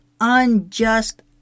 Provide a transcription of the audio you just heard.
unjust